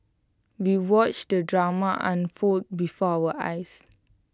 we watched the drama unfold before our eyes